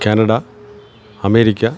Canada America